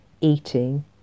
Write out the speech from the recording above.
eating